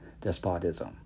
despotism